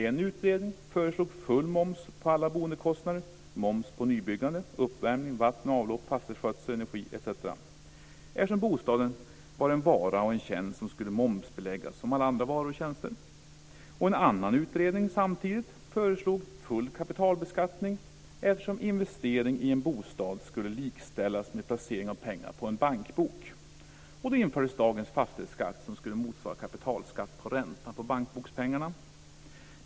En utredning föreslog full moms på alla boendekostnader och moms på nybyggande, uppvärmning, vatten och avlopp, fastighetsskötsel, energi, etc, eftersom bostaden var en vara och en tjänst som skulle momsbeläggas som alla andra varor och tjänster. En annan utredning föreslog samtidigt full kapitalbeskattning eftersom investering i en bostad skulle likställas med placering av pengar på en bankbok. Så infördes dagens fastighetsskatt som skulle motsvara kapitalskatt på ränta på bankbokspengarna.